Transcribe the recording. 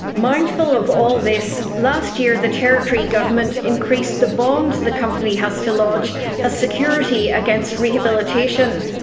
mindful of all this, last year the territory government increased the bond the company has to lodge as security against rehabilitation.